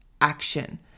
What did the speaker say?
action